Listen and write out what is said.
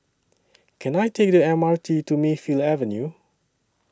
Can I Take The M R T to Mayfield Avenue